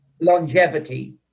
longevity